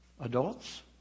Adults